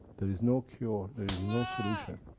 there is no cure. there is no solution.